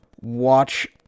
watch